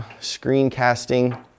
screencasting